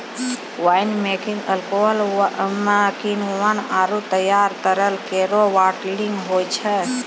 wine making alcohol म किण्वन आरु तैयार तरल केरो बाटलिंग होय छै